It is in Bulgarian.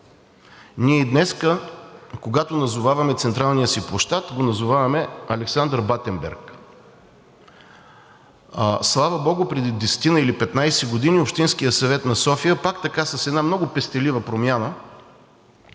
Ние и днес, когато назоваваме централния си площад, го назоваваме „Александър Батенберг“. Слава богу, преди 10 или 15 години Общинският съвет на София пак така с една много пестелива промяна